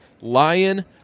lion